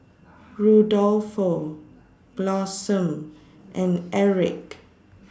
Rudolfo Blossom and Erich